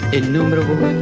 innumerable